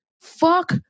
Fuck